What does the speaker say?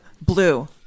blue